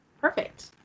Perfect